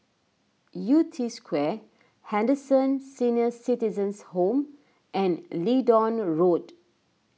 Yew Tee Square Henderson Senior Citizens' Home and Leedon Road